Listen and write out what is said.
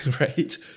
right